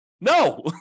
No